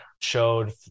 showed